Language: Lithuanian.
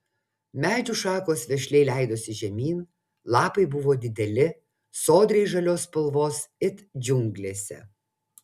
medžių šakos vešliai leidosi žemyn lapai buvo dideli sodriai žalios spalvos it džiunglėse